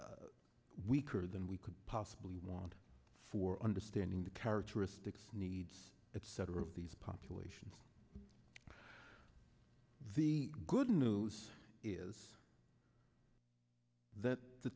weaker than we could possibly want for understanding the characteristics needs etc of these populations the good news is that the